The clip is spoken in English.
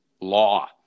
law